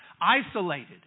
isolated